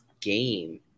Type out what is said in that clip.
game